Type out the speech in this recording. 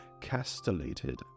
castellated